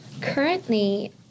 Currently